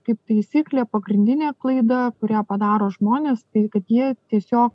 kaip taisyklė pagrindinė klaida kurią padaro žmonės tai kad jie tiesio